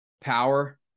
power